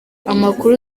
amakuru